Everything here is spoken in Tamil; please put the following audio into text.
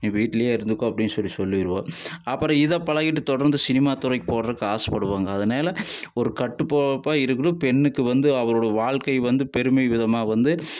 நீ வீட்லேயே இருந்துக்க அப்படினு சொல்லி சொல்லிடுவோம் அப்புறம் இதை பழகிவிட்டு தொடர்ந்து சினிமா துறைக்கு போறதுக்கு ஆசைப்படுவாங்க அதனால ஒரு கட்டுக்கோப்பா இருக்கணும் பெண்ணுக்கு வந்து அவளோட வாழ்க்கை வந்து பெருமை விதமாக வந்து